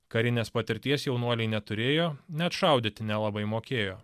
karinės patirties jaunuoliai neturėjo net šaudyti nelabai mokėjo